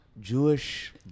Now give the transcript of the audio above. Jewish